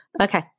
Okay